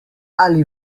ali